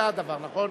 צלנר.